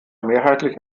mehrheitlich